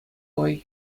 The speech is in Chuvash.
вӑй